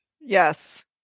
Yes